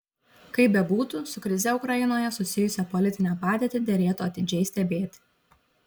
kaip bebūtų su krize ukrainoje susijusią politinę padėtį derėtų atidžiai stebėti